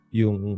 yung